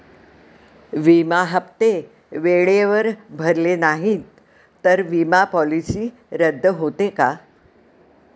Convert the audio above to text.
विमा हप्ते वेळेवर भरले नाहीत, तर विमा पॉलिसी रद्द होते का?